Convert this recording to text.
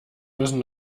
müssen